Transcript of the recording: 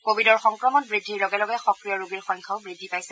কোৱিডৰ সংক্ৰমণ বৃদ্ধিৰ লগে লগে সক্ৰিয় ৰোগীৰ সংখ্যাও বৃদ্ধি পাইছে